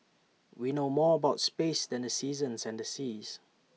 we know more about space than the seasons and the seas